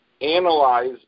analyze